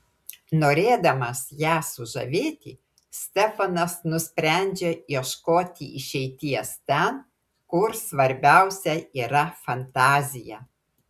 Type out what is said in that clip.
norėdamas ją sužavėti stefanas nusprendžia ieškoti išeities ten kur svarbiausia yra fantazija